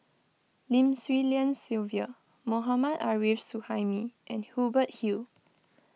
Lim Swee Lian Sylvia Mohammad Arif Suhaimi and Hubert Hill